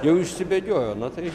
jau išsibėgiojo na tai